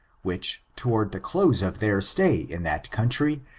which, to ward the close of their stay in that country,